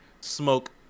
smoke